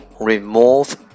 remove